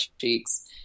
cheeks